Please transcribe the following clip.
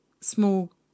small